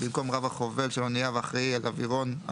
במקום "רב החובל של אניה והאחראי על אוירון,